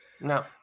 No